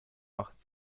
macht